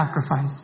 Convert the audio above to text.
sacrifice